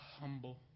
humble